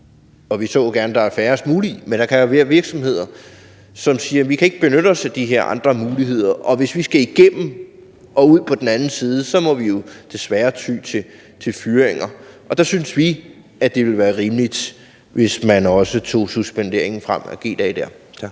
og vi så jo gerne, at der er færrest mulige – virksomheder, som siger, at de ikke kan benytte sig af de her andre muligheder, og hvis de skal igennem og ud på den anden side, må de jo desværre ty til fyringer. Der synes vi, at det ville være rimeligt, hvis man også tog suspenderingen af G-dage frem. Kl.